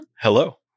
Hello